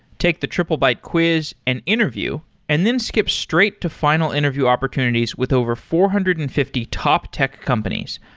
take the triplebyte quiz and interview and then skip straight to final interview opportunities with over four hundred and fifty top tech companies,